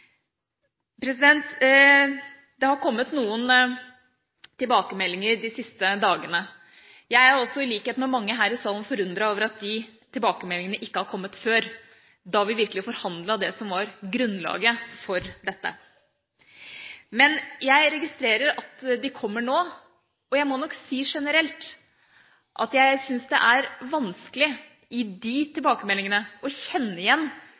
Det har kommet noen tilbakemeldinger de siste dagene. Jeg er også, i likhet med mange her i salen, forundret over at de tilbakemeldingene ikke har kommet før – da vi virkelig forhandlet det som var grunnlaget for dette. Men jeg registrerer at de kommer nå, og jeg må nok si generelt at jeg syns det er vanskelig i de tilbakemeldingene å kjenne igjen